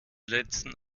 letzen